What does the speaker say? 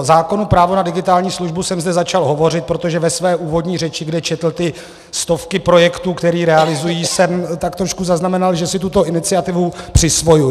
O zákonu právo na digitální službu jsem zde začal hovořit, protože ve své úvodní řeči, kde četl ty stovky projektů, které realizují, jsem tak trošku zaznamenal, že si tuto iniciativu přisvojuje.